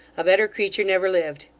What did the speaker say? a better creature never lived.